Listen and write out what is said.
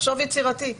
לחשוב יצירתי,